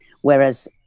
Whereas